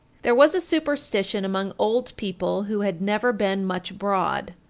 there was a superstition among old people who had never been much abroad,